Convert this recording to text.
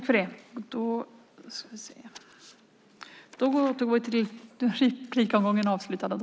Fru talman!